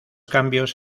cambios